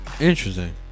Interesting